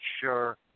sure